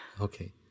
Okay